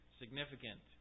significant